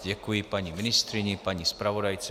Děkuji paní ministryni, paní zpravodajce.